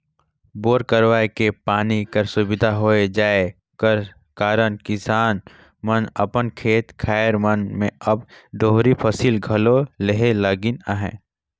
bore करवाए के पानी कर सुबिधा होए जाए कर कारन किसान मन अपन खेत खाएर मन मे अब दोहरी फसिल घलो लेहे लगिन अहे